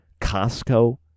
Costco